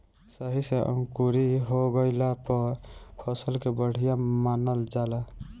सही से अंकुरी हो गइला पर फसल के बढ़िया मानल जाला